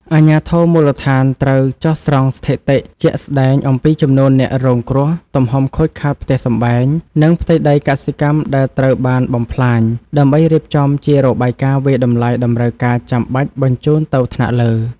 អាជ្ញាធរមូលដ្ឋានត្រូវចុះស្រង់ស្ថិតិជាក់ស្ដែងអំពីចំនួនអ្នករងគ្រោះ ទំហំខូចខាតផ្ទះសម្បែង និងផ្ទៃដីកសិកម្មដែលត្រូវបានបំផ្លាញ ដើម្បីរៀបចំជារបាយការណ៍វាយតម្លៃតម្រូវការចាំបាច់បញ្ជូនទៅថ្នាក់លើ។